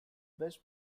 best